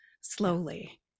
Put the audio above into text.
slowly